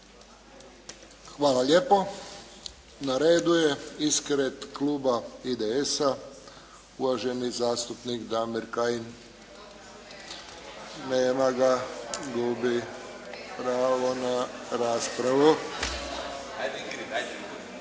Hvala lijepo. Na redu je ispred kluba IDS-a uvaženi zastupnik Damir Kajin. Nema ga. Gubi pravo na raspravu.